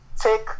take